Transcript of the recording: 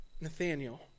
Nathaniel